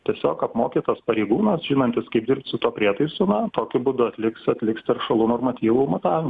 tiesiog apmokytas pareigūnas žinantis kaip dirbt su tuo prietaisu na tokiu būdu atliks atliks teršalų normatyvų matavimus